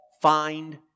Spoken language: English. find